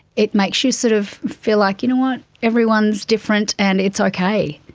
it makes you sort of feel like, you know what, everyone different and it's okay.